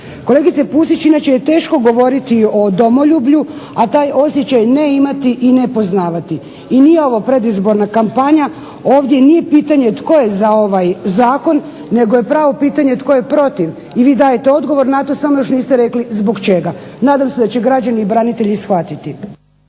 Kolegice Pusić inače je teško govoriti o domoljublju, a taj osjećaj ne imati i ne poznavati. I nije ovo predizborna kampanja, ovdje nije pitanje tko je za ovaj zakon, nego je pravo pitanje tko je protiv. I vi dajte odgovor na to samo još niste rekli zbog čega. Nadam se da će građani i branitelji shvatiti.